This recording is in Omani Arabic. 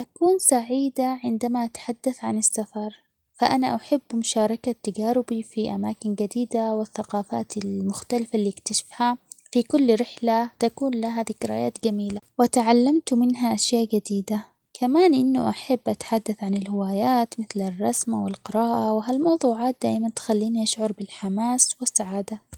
أكون سعيدة عندما أتحدث عن السفر، فأنا أحب مشاركة تجاربي في أماكن جديدة ،والثقافات المختلفة اللي اكتشفها في كل رحلة تكون لها ذكريات جميلة ،وتعلمت منها أشياء جديدة ،كمان إنه أحب أتحدث عن الهوايات مثل الرسم ،أو القراءة وهالموضوعات دائما تخليني أشعر بالحماس والسعادة.